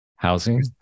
Housing